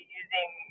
using